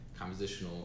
compositional